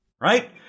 right